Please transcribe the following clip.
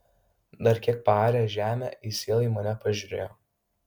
dar kiek paaręs žemę jis vėl į mane pažiūrėjo